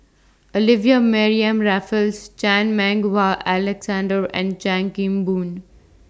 Olivia Mariamne Raffles Chan Meng Wah Alexander and Chan Kim Boon